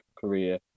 career